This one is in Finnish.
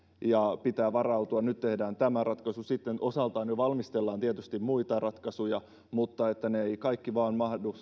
ja pitää varautua nyt tehdään tämä ratkaisu sitten osaltaan jo valmistellaan tietysti muita ratkaisuja mutta ne eivät kaikki vain mahdu